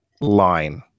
line